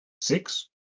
six